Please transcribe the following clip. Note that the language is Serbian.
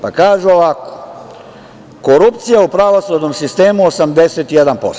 Pa kažu ovako – korupcija u pravosudnom sistemu 81%